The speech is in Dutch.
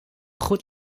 goed